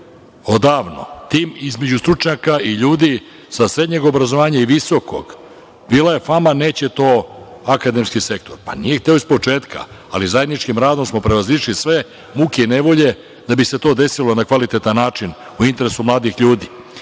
odavno, tim stručnjaka i ljudi sa srednjeg obrazovanja i visokog. Bila je fama – neće to akademski sektor. Nije hteo ispočetka, ali zajedničkim radom smo prevazišli sve muke i nevolje da bi se to desilo na kvalitetan način, u interesu mladih ljudi.